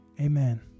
amen